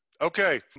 Okay